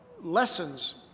lessons